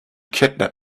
kidnap